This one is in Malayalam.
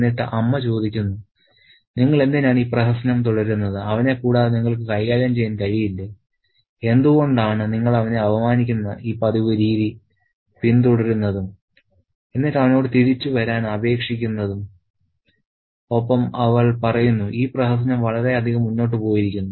എന്നിട്ട് അമ്മ ചോദിക്കുന്നു നിങ്ങൾ എന്തിനാണ് ഈ പ്രഹസനം തുടരുന്നത് അവനെ കൂടാതെ നിങ്ങൾക്ക് കൈകാര്യം ചെയ്യാൻ കഴിയില്ലേ എന്തുകൊണ്ടാണ് നിങ്ങൾ അവനെ അപമാനിക്കുന്ന ഈ പതിവ് രീതി പിന്തുടരുന്നതും എന്നിട്ട് അവനോട് തിരിച്ചു വരാൻ അപേക്ഷിക്കുന്നതും ഒപ്പം അവൾ പറയുന്നു ഈ പ്രഹസനം വളരെ അധികം മുന്നോട്ട് പോയിരിക്കുന്നു